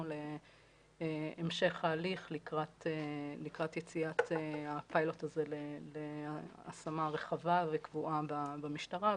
להמשך ההליך לקראת יציאת הפיילוט הזה להשמה רחבה וקבועה במשטרה.